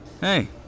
Hey